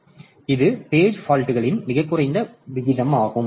எனவே இது பேஜ் பால்ட்களின் மிகக் குறைந்த வீதமாகும்